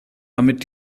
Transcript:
damit